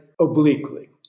obliquely